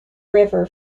river